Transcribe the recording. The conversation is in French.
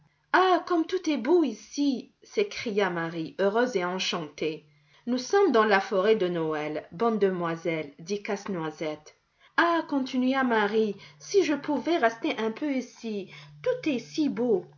ah comme tout est beau ici s'écria marie heureuse et enchantée nous sommes dans la forêt de noël bonne demoiselle dit casse-noisette ah continua marie si je pouvais rester un peu ici tout est si beau